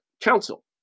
council